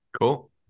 Cool